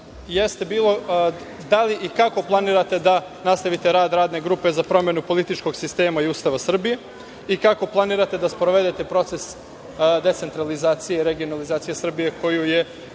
jeste bilo da li i kako planirate da nastavite rad radne grupe za promenu političkog sistema i Ustava Srbije, i kako planirate da sprovedete proces decentralizacije i regionalizacije Srbije koje je